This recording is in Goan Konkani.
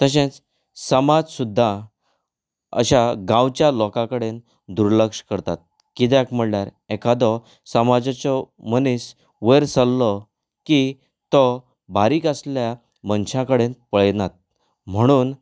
तशेंच समाज सुद्दां अशां गांवच्या लोकां कडेन दुर्लक्ष करतात किद्याक म्हणल्यार एखादो समाजाच्यो मनीस वयर सरल्लो की तो बारीक आसल्या मनशा कडेन पळेयनात म्हणून